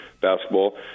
basketball